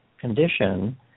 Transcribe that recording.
condition